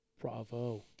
Bravo